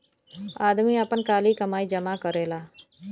आदमी आपन काली कमाई जमा करेला